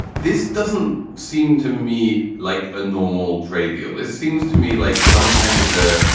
this doesn't seem to me like a normal trade deal. it seems to me like some kind of a.